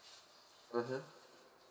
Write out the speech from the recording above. mmhmm